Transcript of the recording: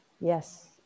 Yes